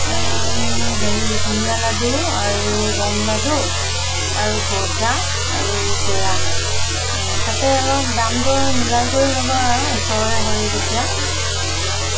হেৰি বুনিয়া লাডু আৰু গম লাডু আৰু গজা আৰু পেৰা তাতে অলপ দাম দৰ মিলাই কৰি ল'বা ওচৰৰে হয় যেতিয়া